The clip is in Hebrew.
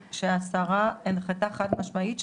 שהשרה עם החלטה חד משמעית,